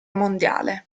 mondiale